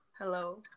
Hello